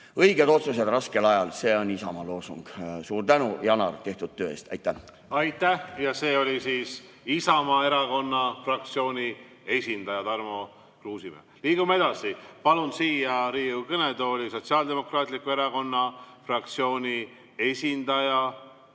Õiged otsused raskel ajal – see on Isamaa loosung. Suur tänu, Janar, tehtud töö eest! Aitäh! Aitäh! See oli siis Isamaa Erakonna fraktsiooni esindaja Tarmo Kruusimäe. Liigume edasi. Palun siia Riigikogu kõnetooli Sotsiaaldemokraatliku Erakonna fraktsiooni esindaja Lauri